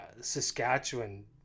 Saskatchewan